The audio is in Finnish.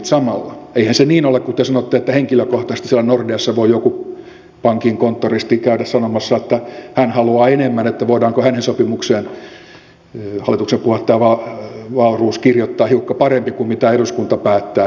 eihän se niin ole kuin te sanotte että henkilökohtaisesti siellä nordeassa voi joku pankin konttoristi käydä sanomassa että hän haluaa enemmän että voidaanko hänen sopimukseensa hallituksen puheenjohtaja wahlroos kirjoittaa hiukan paremmin kuin mitä eduskunta päättää